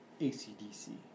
ACDC